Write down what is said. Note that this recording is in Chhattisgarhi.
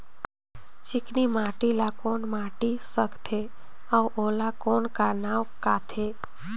चिकनी माटी ला कौन माटी सकथे अउ ओला कौन का नाव काथे?